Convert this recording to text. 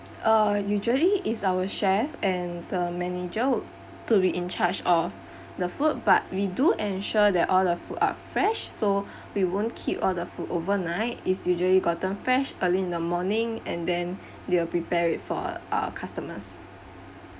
uh usually is our chef and the manager to be in charge of the food but we do ensure that all the food are fresh so we won't keep all the food overnight it's usually gotten fresh early in the morning and then they will prepare it for uh customers